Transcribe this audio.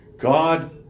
God